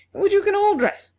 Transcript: which you can all dress,